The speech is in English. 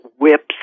whips